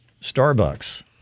Starbucks